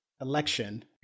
election